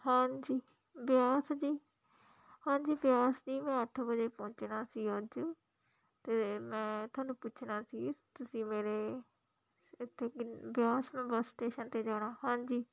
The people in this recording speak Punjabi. ਹਾਂਜੀ ਬਿਆਸ ਜੀ ਹਾਂਜੀ ਬਿਆਸ ਜੀ ਮੈਂ ਅੱਠ ਵਜੇ ਪਹੁੰਚਣਾ ਸੀ ਅੱਜ ਅਤੇ ਮੈਂ ਤੁਹਾਨੂੰ ਪੁੱਛਣਾ ਸੀ ਤੁਸੀਂ ਮੇਰੇ ਇਥੇ ਬਿਆਸ ਮੈਂ ਬਸ ਸਟੇਸ਼ਨ 'ਤੇ ਜਾਣਾ ਹਾਂਜੀ